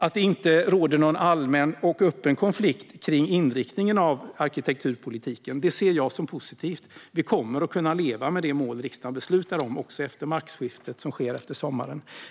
Att det inte råder någon allmän och öppen konflikt kring inriktningen av arkitekturpolitiken ser jag som positivt. Vi kommer att kunna leva med det mål riksdagen beslutar om även efter maktskiftet, som sker efter sommaren.